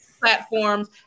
platforms